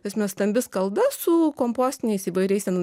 ta prasme stambi skalda su kompostiniais įvairiais ten